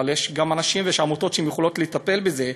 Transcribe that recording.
אבל יש גם אנשים ועמותות שיכולים לטפל בזה.